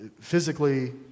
physically